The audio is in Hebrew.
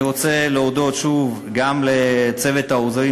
אני רוצה להודות שוב גם לצוות העוזרים